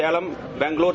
Salem Bangalore